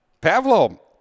Pavlo